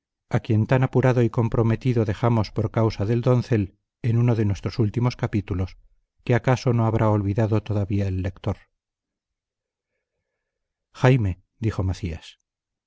a quien tan apurado y comprometido dejamos por causa del doncel en uno de nuestros últimos capítulos que acaso no habrá olvidado todavía el lector jaime dijo macías